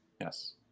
Yes